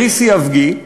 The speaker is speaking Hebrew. "כריסי אבגי",